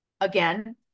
again